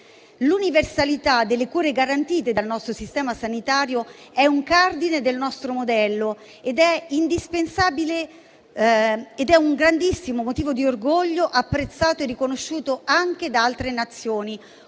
L'universalità delle cure garantite dal nostro sistema sanitario è un cardine del nostro modello ed è un grandissimo motivo di orgoglio, apprezzato e riconosciuto anche da altre Nazioni,